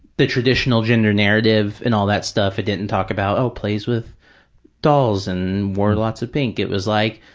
the traditional gender narrative and all that stuff. it didn't and talk about, oh, plays with dolls and wore lots of pink. it was like,